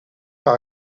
par